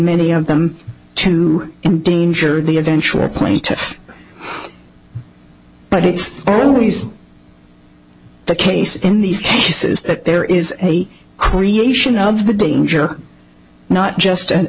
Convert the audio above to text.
many of them to endanger the eventual plaintiff but it's always the case in these cases that there is a creation of the danger not just an